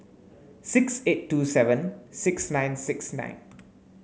six eight two seven six nine six nine